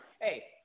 Hey